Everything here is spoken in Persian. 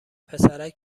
پسرک